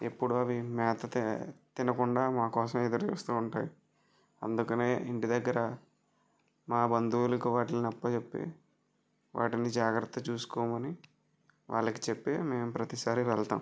ఎప్పుడు అవి మేత తినకుండా మా కోసం ఎదురు చూస్తూ ఉంటాయి అందుకనే ఇంటిదగ్గర మా బంధువులకు వాటిని అప్పచెప్పి వాటిని జాగ్రత్తగా చూసుకోమని వాళ్ళకు చెప్పి మేము ప్రతిసారి వెళతాం